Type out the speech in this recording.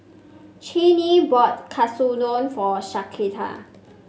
Cheyenne bought Katsudon for Shasta